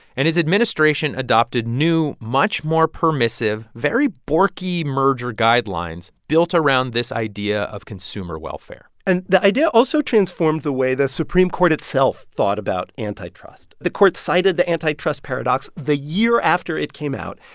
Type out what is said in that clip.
and his administration adopted new much more permissive, very borky merger guidelines built around this idea of consumer welfare and the idea also transformed the way the supreme court itself thought about antitrust. the court cited the antitrust paradox the year after it came out.